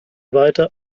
weiter